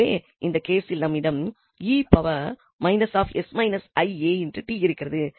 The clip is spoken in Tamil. எனவே இந்த கேசில் நம்மிடம் 𝑒−𝑠−𝑖𝑎𝑡 இருக்கிறது